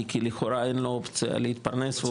כי לכאורה אין לו אופציה להתפרנס.